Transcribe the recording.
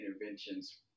interventions